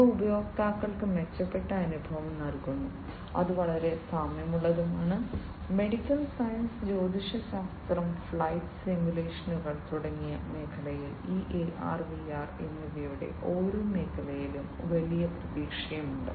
ഇവ ഉപയോക്താക്കൾക്ക് മെച്ചപ്പെട്ട അനുഭവങ്ങൾ നൽകുന്നു അത് വളരെ സാമ്യമുള്ളതാണ് മെഡിക്കൽ സയൻസ് ജ്യോതിശാസ്ത്രം ഫ്ലൈറ്റ് സിമുലേഷനുകൾ തുടങ്ങിയ മേഖലകളിൽ ഈ AR VR എന്നിവയുടെ ഓരോ മേഖലയിലും വലിയ പ്രതീക്ഷയുണ്ട്